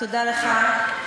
תודה לך.